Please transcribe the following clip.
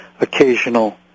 occasional